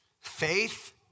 faith